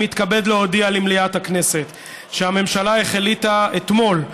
אני מתכבד להודיע למליאת הכנסת שהממשלה החליטה אתמול,